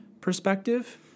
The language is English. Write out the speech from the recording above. perspective